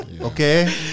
okay